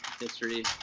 history